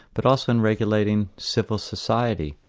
but also in regulating civil society.